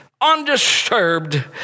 Undisturbed